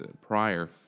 prior